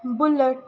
bullet